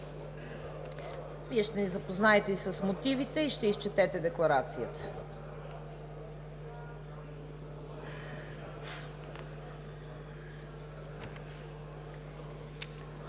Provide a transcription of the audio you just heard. Вие ще ни запознаете с мотивите и ще изчетете Декларацията.